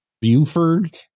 Buford